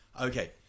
Okay